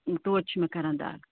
توتہِ چھِ مےٚ کران دَگ